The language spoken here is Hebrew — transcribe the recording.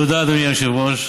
תודה, אדוני היושב-ראש.